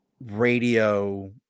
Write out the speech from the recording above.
radio